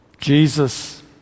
Jesus